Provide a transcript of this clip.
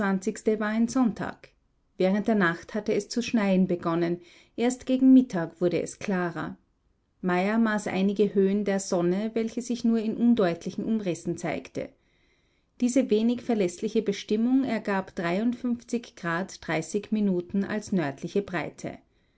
war ein sonntag während der nacht hatte es zu schneien begonnen erst gegen mittag wurde es klarer meyer maß einige höhen der sonne welche sich nur in undeutlichen umrissen zeigte diese wenig verläßliche bestimmung ergab minuten als nördliche breite